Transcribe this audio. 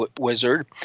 wizard